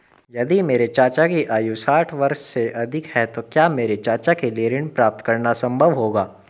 यदि मेरे चाचा की आयु साठ वर्ष से अधिक है तो क्या मेरे चाचा के लिए ऋण प्राप्त करना संभव होगा?